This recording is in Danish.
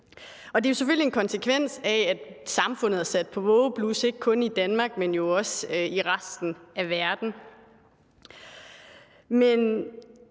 det er selvfølgelig en konsekvens af, at samfundet er sat på vågeblus ikke kun i Danmark, men jo også i resten af verden.